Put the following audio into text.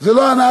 זה לא אנחנו,